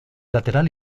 lateral